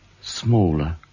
Smaller